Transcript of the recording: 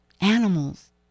animals